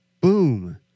boom